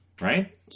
Right